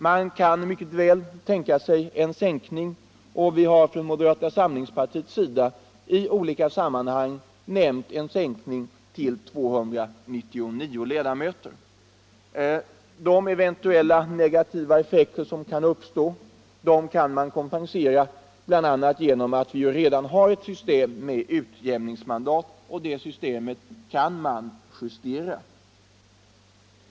Man kan mycket väl tänka sig en sänkning av antalet, och vi har från moderata samlingspartiets sida i olika sammanhang nämnt en sänkning till 299 ledamöter. De eventuellt negativa effekter som kan uppstå kan kompenseras, bl.a. genom att vi redan har ett system med utjämningsmandat, och det systemet kan man justera.